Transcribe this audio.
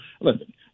listen